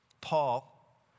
Paul